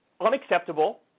unacceptable